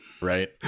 Right